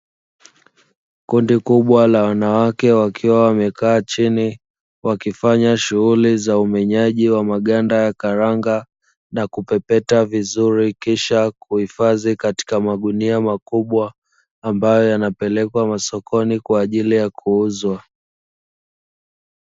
Kundi kubwa la wanawake wakiwa wamekaa chini, wakifanya shughuli za umenyaji wa maganda ya karanga na kupepeta vizuri, kisha kuhifadhi katika magunia makubwa ambayo yanapelekwa masokoni kwa ajili ya kuuzwa.